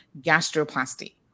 gastroplasty